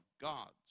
God's